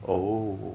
oh